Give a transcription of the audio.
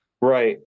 Right